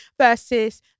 versus